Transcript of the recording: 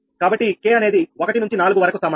కాబట్టి k అనేది1 నుంచి 4 వరకు సమానం